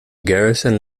garrison